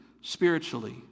spiritually